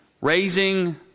Raising